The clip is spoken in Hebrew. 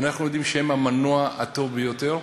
אנחנו יודעים שהם המנוע הטוב ביותר,